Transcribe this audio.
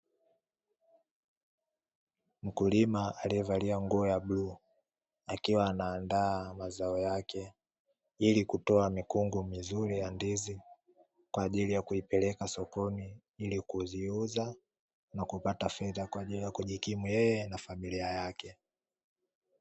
Mkulima aliyevaa nguo ya bluu, akiwa anaandaa mazao yake, ili kutoa mikungu mizuri ya ndizi, kwa ajli ya kuipeleka sokoni ili kuziuza na kupata fedha kwa ajili ya kujikimu yeye na familia yake.